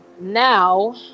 Now